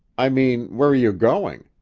i mean, where are you going?